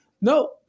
No